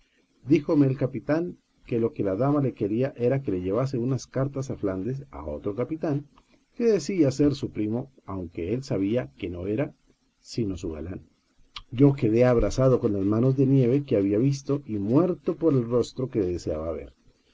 díjome el capitán que lo que la dama le quería era que le llevase unas cartas a flandes a otro capitán que decía ser su primo aunque él sabía que no era sino su galán yo quedé abrasado con las manos de nieve que había visto y muerto por el rostro que deseaba ver